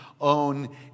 own